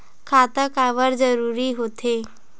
खाता काबर जरूरी हो थे?